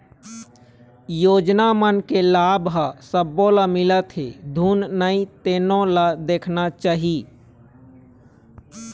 योजना मन के लाभ ह सब्बो ल मिलत हे धुन नइ तेनो ल देखना चाही